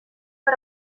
per